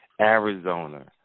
Arizona